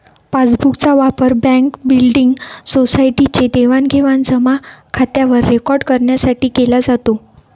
passbook चा वापर bank, building, society चे देवाणघेवाण जमा खात्यावर रेकॉर्ड करण्यासाठी केला जातो